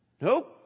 Nope